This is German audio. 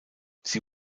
sie